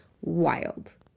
wild